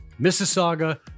Mississauga